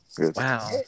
Wow